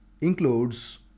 includes